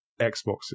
Xbox